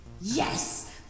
Yes